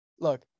Look